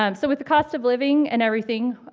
um so with the cost of living and everything,